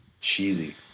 cheesy